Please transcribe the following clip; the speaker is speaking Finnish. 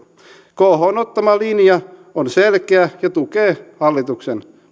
khon ottama linja on selkeä ja tukee hallituksen